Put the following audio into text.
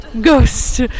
Ghost